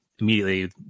immediately